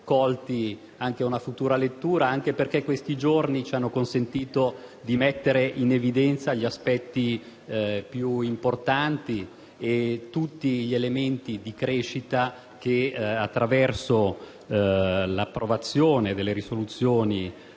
colti anche in una futura lettura, anche perché questi giorni ci hanno consentito di mettere in evidenza gli aspetti più importanti e tutti gli elementi di crescita che, attraverso l'approvazione delle risoluzioni